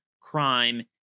crime